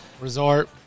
Resort